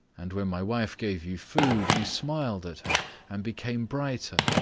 and when my wife gave you food you smiled at her and became brighter?